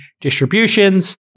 distributions